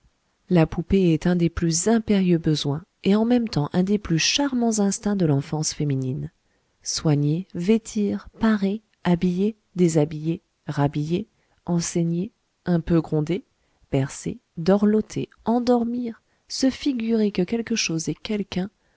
la poupée est un des plus impérieux besoins et en même temps un des plus charmants instincts de l'enfance féminine soigner vêtir parer habiller déshabiller rhabiller enseigner un peu gronder bercer dorloter endormir se figurer que quelque chose est quelqu'un